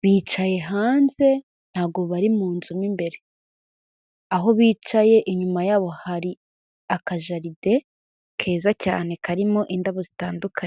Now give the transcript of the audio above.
bicaye hanze ntabwo bari mu nzu mo imbere, aho bicaye inyuma yabo hari akajaride keza cyane karimo indabo zitandukanye.